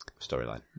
storyline